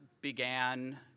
began